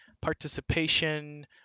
participation